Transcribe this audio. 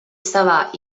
savā